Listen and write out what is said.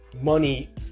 money